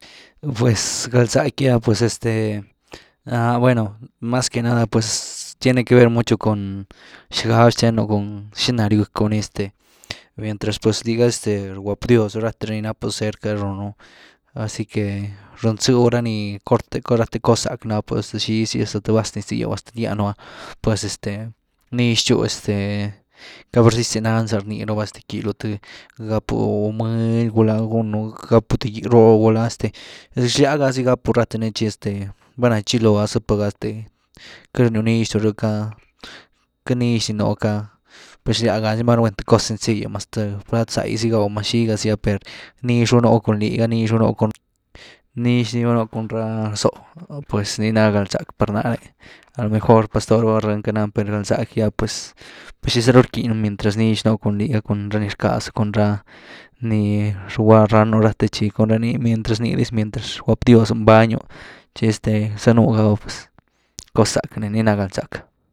Pues galzack gy’a pues este bueno, mas que nada tiene que ver mucho cun xgab xtenu cun xina ryu-gëckyw ni este mientras pues liga este rguap dios’u ráthe ra ni nápu cerck' runu, ahora si que run zëw ra ni cort’e-co, rathe cos zack ni rapu, pues xyzy hasta th vaz niz ni gýew’a hasta th lat gýanu’a pues est nix tchu, este queity presis dy nan zapa ni rni raba este quilyw th, gapu mëly, gulá gúnu gán gapu th gyú ro’h gulá este xlýa ga zy gapu ráthe ni tchi, este valna tchiloo’a zëpha ga este queity ryw nix dyw rhk, queity nix di nú khá, per xlía ga zy maru guen cos sencill’y mas th plat bzágy zy gaw mas xiga zy’ah per nix ru nú cun liga, nix ru nú cun, nix dis ru cun ra zó’h pues ni na galzack par náre, a lo mejor par ztó’h raba rëny ca nany per galzack gy’a pues xizaru rquinyw mientras nix nú cun liga cun ra ni rckazu cun ra ni rgwa ranu rathe chí, cun ra ni, mientras ni dis, mientras rguap dios’u mbanyw, tchi este zanú gagu, pues cos sack ni, nii ni ná galzack.